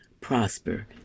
prosper